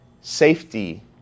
safety